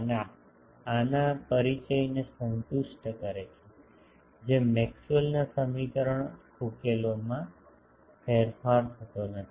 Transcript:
અને આના પરિચયને સંતુષ્ટ કરે છે કે મેક્સવેલ ના સમીકરણ ઉકેલોમાં ફેરફાર થતો નથી